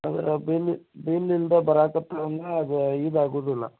ಆದ್ರ bill bill ಇಲ್ದ ಬರಾಕತ್ರ ಅಂದ್ರ ಅದು ಇದಾಗುದಿಲ್ಲ